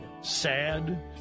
Sad